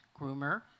groomer